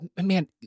man